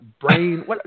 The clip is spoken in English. brain